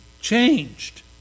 changed